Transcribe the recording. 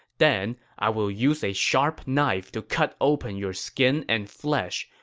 then i will use a sharp knife to cut open your skin and flesh,